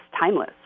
timeless